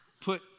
put